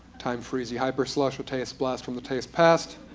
time freezey hyperslush a taste blast from the taste past.